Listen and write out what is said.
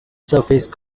surface